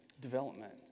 development